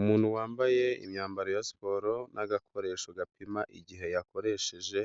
Umuntu wambaye imyambaro ya siporo n'agakoresho gapima igihe yakoresheje